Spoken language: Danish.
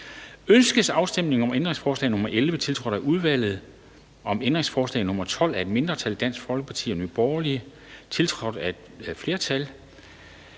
Ønskes afstemning om ændringsforslag nr. 11, tiltrådt af udvalget, om ændringsforslag nr. 12 af et mindretal (DF og NB), tiltrådt af et flertal